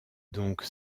donc